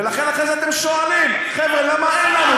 ולכן אחרי זה אתם שואלים: חבר'ה, למה אין לנו?